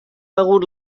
begut